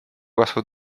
kasvu